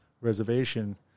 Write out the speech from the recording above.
reservation